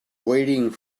waiting